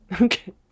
Okay